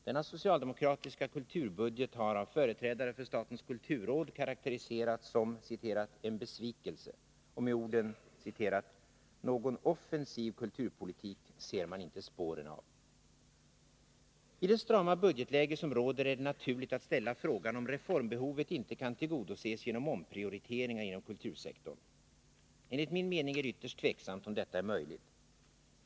Denna socialdemokratiska kulturbudget har av företrädare för statens kulturråd karakteriserats som ”en besvikelse” och med orden ”någon offensiv kulturpolitik ser man inte spåren av”. I det strama budgetläge som råder är det naturligt att ställa frågan om reformbehovet inte kan tillgodoses genom omprioriteringar inom kultursektorn. Enligt min mening är det ytterst osäkert om detta är möjligt.